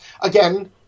again